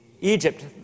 Egypt